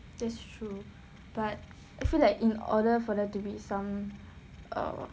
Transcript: that's true but I feel like in order for there to be some err